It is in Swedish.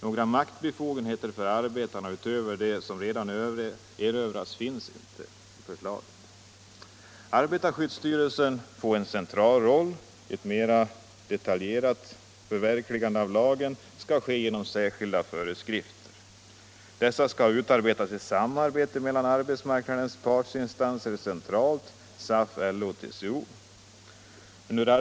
Några maktbefogenheter för arbetarna utöver redan erövrade finns inte i förslaget.